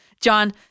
John